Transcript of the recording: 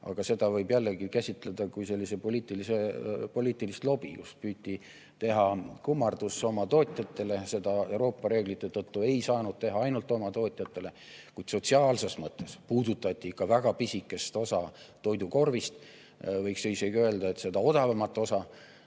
Aga seda võib jällegi käsitleda kui sellist poliitilist lobi. Püüti teha kummardus omatootjatele. Seda Euroopa reeglite tõttu ei saanud teha ainult omatootjatele. Kuid sotsiaalses mõttes puudutati ikka väga pisikest osa toidukorvist, võiks isegi öelda, et seda odavamat osa